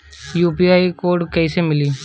UPI code कैसे मिली?